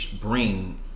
bring